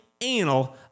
anal